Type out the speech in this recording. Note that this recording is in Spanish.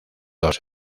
dos